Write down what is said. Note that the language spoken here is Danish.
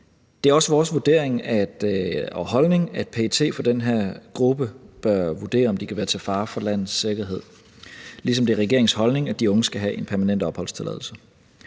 Det er vores vurdering og holdning, at PET for den her gruppe bør vurdere, om de kan være til fare for landets sikkerhed, ligesom det er regeringens holdning, at de unge skal have en permanent opholdstilladelse.